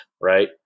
right